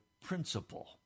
principle